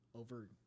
Over